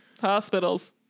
Hospitals